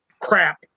crap